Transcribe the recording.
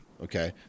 Okay